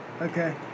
Okay